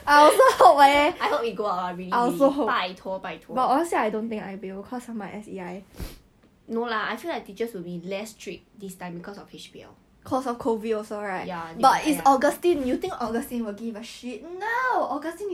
真的很卑鄙 leh sarah 她她每天叫我做他功课 leh you know that time she ask me to do her her science work eh 我是 combined science 的 student 他是 pure science 的 student 我拿 bio 他拿 physics 他叫我做他 physics 的功课 I didn't obviously